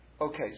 Okay